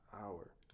hour